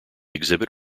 exhibit